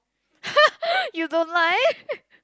you don't like